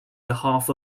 behalf